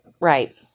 Right